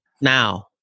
now